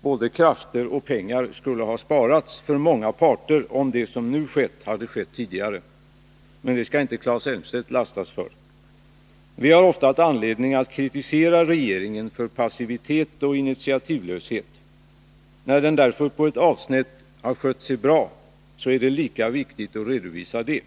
Både krafter och pengar skulle ha sparats för många parter, om det som nu skett hade skett tidigare. Men det skall inte Claes Elmstedt lastas för. Vi har ofta haft anledning att kritisera regeringen för passivitet och initiativlöshet. När den därför på ett avsnitt har skött sig bra är det lika viktigt att redovisa det.